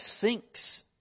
sinks